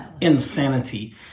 insanity